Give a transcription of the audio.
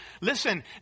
Listen